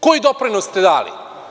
Koji doprinos ste dali?